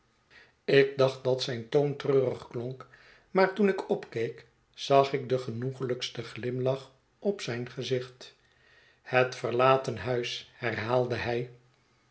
ik dacht dat zijn toon treurig klonk maar toen ik opkeek zag ik den genoeglijksten glimlach op zijn gezicht het verlaten huis herhaalde hij